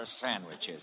sandwiches